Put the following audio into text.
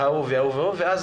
ואז